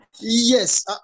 Yes